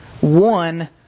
One